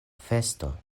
festo